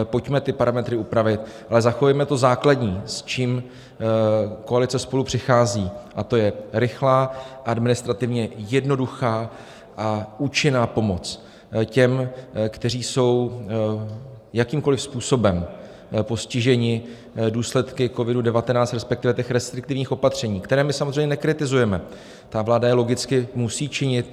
Pojďme ty parametry upravit, ale zachovejme to základní, s čím koalice SPOLU přichází, a to je rychlá, administrativně jednoduchá a účinná pomoc těm, kteří jsou jakýmkoli způsobem postiženi důsledky COVID19, respektive těch restriktivních opatření, která my samozřejmě nekritizujeme, vláda je logicky musí činit.